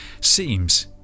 seems